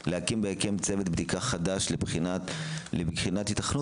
להקים בהקדם צוות בדיקה חדש לבחינת היתכנות